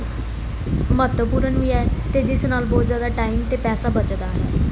ਮਹੱਤਵਪੂਰਨ ਵੀ ਹੈ ਅਤੇ ਜਿਸ ਨਾਲ ਬਹੁਤ ਜ਼ਿਆਦਾ ਟਾਈਮ ਅਤੇ ਪੈਸਾ ਬਚਦਾ ਹੈ